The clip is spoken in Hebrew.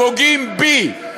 פוגעים בי,